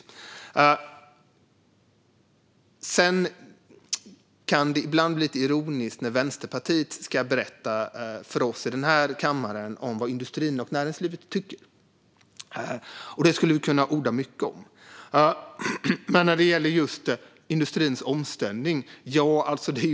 Ibland blir det dock lite ironiskt när Vänsterpartiet ska berätta för oss vad industrin och näringslivet tycker, och detta skulle vi kunna orda mycket om.